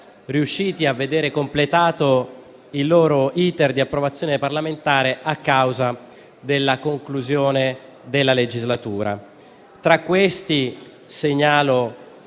riusciti a vedere completato il loro *iter* di approvazione parlamentare a causa della conclusione della legislatura.